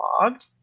logged